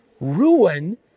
ruin